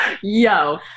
yo